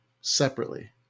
separately